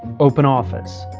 open office.